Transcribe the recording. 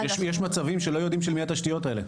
יש מצבים שלא יודעים של מי התשתיות האלה.